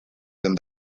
them